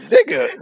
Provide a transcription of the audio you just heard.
Nigga